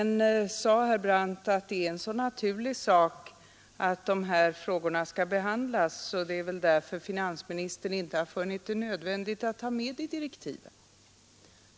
Herr Brandt sade att det är en så naturlig sak att dessa frågor skall behandlas att finansministern inte har funnit det nödvändigt att ta med dem i direktiven.